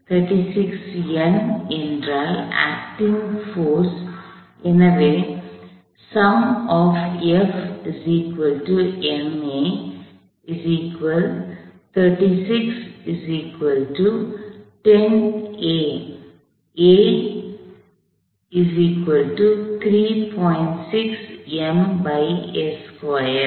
36 N என்றால் acting force Actingforceசெயல்படும்விசை